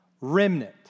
Remnant